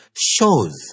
shows